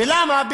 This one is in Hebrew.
ולמה?